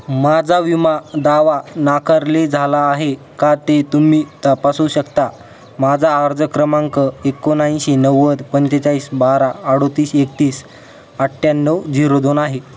माझा विमा दावा नाकारले झाला आहे का ते तुम्ही तपासू शकता माझा अर्ज क्रमांक एकोणऐंशी नव्वद पंचेचाळीस बारा अडतीस एकतीस अठ्याण्णव झिरो दोन आहे